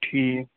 ٹھیٖک